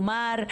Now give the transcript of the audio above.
כלומר,